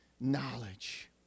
knowledge